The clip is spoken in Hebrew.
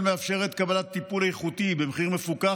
מאפשרת קבלת טיפול איכותי במחיר מפוקח,